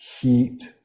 heat